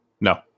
No